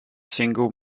single